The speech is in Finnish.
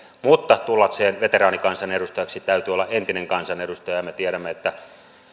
mutta tullakseen veteraanikansanedustajaksi täytyy olla entinen kansanedustaja ja me tiedämme että